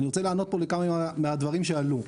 אני רוצה לענות פה לכמה מהדברים שעלו.